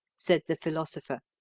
said the philosopher.